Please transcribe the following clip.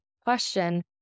question